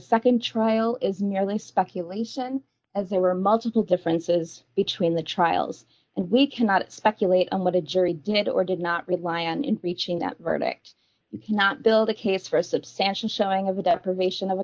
the nd trial is merely speculation as there were multiple differences between the trials and we cannot speculate on what a jury did or did not rely on in reaching that verdict you cannot build a case for a substantial showing of a deprivation of a